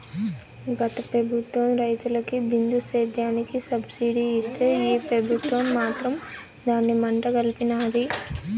గత పెబుత్వం రైతులకి బిందు సేద్యానికి సబ్సిడీ ఇస్తే ఈ పెబుత్వం మాత్రం దాన్ని మంట గల్పినాది